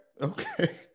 okay